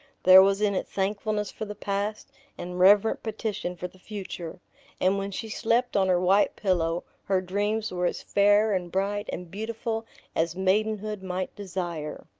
there was in it thankfulness for the past and reverent petition for the future and when she slept on her white pillow her dreams were as fair and bright and beautiful as maidenhood might desire.